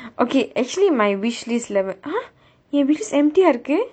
okay actually my wish list ~ !huh! என்:en list empty ah இருக்கு:irukku